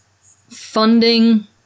funding